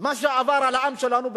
מה עבר על העם שלנו בגלות,